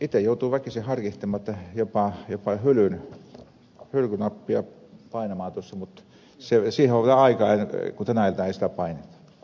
itse joutuu väkisin harkitsemaan jopa hylkynappia painamaan mutta siihen on vielä aikaa kun tänä iltana ei sitä paineta